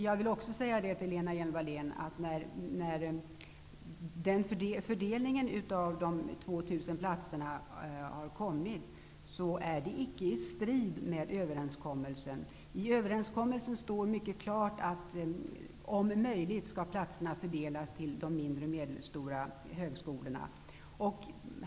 Låt mig också säga till Lena Hjelm-Walle n att när nu fördelningen av de 2 000 platserna har kommit, är den icke i strid med överenskommelsen. I överenskommelsen står mycket klart, att om möjligt skall platserna fördelas till de mindre och medelstora högskolorna.